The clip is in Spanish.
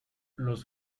los